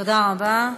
תודה רבה.